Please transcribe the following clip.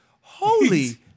Holy